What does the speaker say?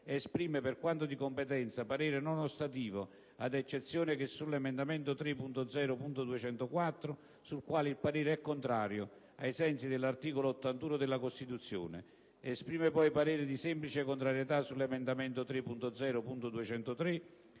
esprime, per quanto di competenza, parere non ostativo, ad eccezione che sull'emendamento 3.0.204, sul quale il parere è contrario, ai sensi dell'articolo 81 della Costituzione. Esprime poi parere di semplice contrarietà sull'emendamento 3.0.203,